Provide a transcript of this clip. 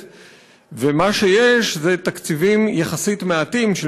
ומה שיש זה תקציבים מעטים יחסית של